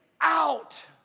out